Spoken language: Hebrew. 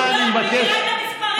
זה לא נכון, זה בניגוד להסכם.